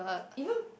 even